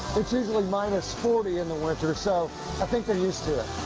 it's usually minus forty in the winter, so i think they're used to it.